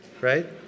Right